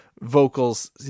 vocals